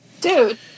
Dude